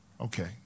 Okay